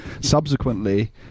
subsequently